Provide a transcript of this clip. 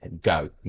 go